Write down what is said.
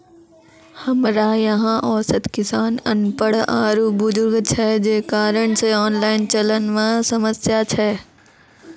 हमरा यहाँ औसत किसान अनपढ़ आरु बुजुर्ग छै जे कारण से ऑनलाइन चलन मे समस्या छै?